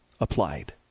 applied